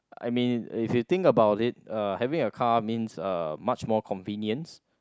I mean if you think about it uh having a car means uh much more convenience